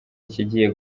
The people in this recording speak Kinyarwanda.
ikigiye